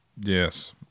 Yes